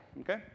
okay